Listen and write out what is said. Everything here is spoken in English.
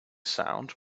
sound